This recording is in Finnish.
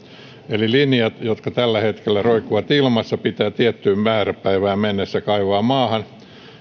eli linjat jotka tällä hetkellä roikkuvat ilmassa pitää tiettyyn määräpäivään mennessä kaivaa maahan